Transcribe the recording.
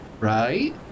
right